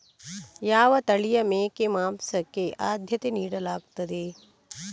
ಯಾವ ತಳಿಯ ಮೇಕೆ ಮಾಂಸಕ್ಕೆ ಆದ್ಯತೆ ನೀಡಲಾಗ್ತದೆ?